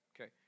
Okay